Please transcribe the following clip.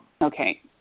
Okay